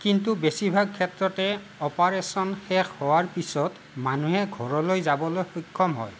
কিন্তু বেছিভাগ ক্ষেত্ৰতে অপাৰেচন শেষ হোৱাৰ পিছত মানুহে ঘৰলৈ যাবলৈ সক্ষম হয়